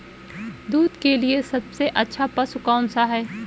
दूध के लिए सबसे अच्छा पशु कौनसा है?